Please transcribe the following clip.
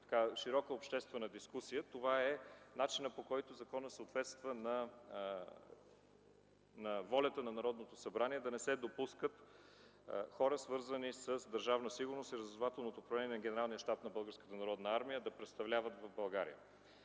широка обществена дискусия – това е начинът, по който законът съответства на волята на Народното събрание да не се допускат хора, свързани с Държавна сигурност и Разузнавателното управление на Генералния щаб на Българската народна армия,